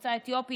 ממוצא אתיופי,